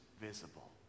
visible